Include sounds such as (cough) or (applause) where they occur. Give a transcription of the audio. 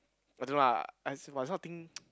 I don't know lah I see but this kind of thing (noise)